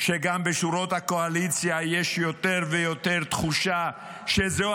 שגם בשורות הקואליציה יש יותר ויותר תחושה שזהו,